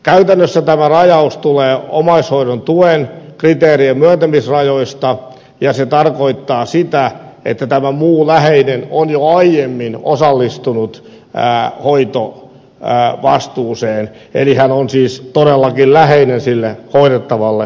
käytännössä tämä rajaus tulee omaishoidon tuen kriteerien myöntämisrajoista ja se tarkoittaa sitä että tämä muu läheinen on jo aiemmin osallistunut hoitovastuuseen eli hän on siis todellakin läheinen sille hoidettavalle henkilölle